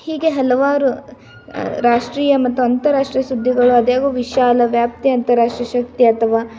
ಹೀಗೆ ಹಲವಾರು ರಾಷ್ಟ್ರೀಯ ಮತ್ತು ಅಂತಾರಾಷ್ಟ್ರೀಯ ಸುದ್ದಿಗಳು ವಿಶಾಲ ವ್ಯಾಪ್ತಿಯಂತೆ ರಾಷ್ಟ್ರಶಕ್ತಿ ಅಥವಾ